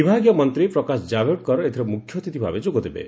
ବିଭାଗୀୟ ମନ୍ତ୍ରୀ ପ୍ରକାଶ ଜାବଡେକର ଏଥିରେ ମୁଖ୍ୟଅତିଥି ଭାବେ ଯୋଗଦେବେ